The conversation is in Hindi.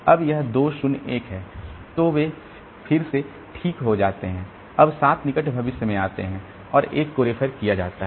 अब यह 2 0 1 है तो वे फिर से ठीक हो जाते हैं जब 7 निकट भविष्य में आते हैं और 1 को रेफर किया जा रहा है